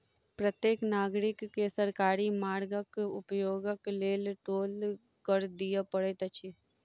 प्रत्येक नागरिक के सरकारी मार्गक उपयोगक लेल टोल कर दिअ पड़ैत अछि